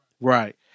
Right